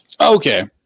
Okay